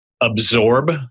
absorb